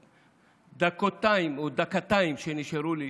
בדקותיים או בדקתיים שנשארו לי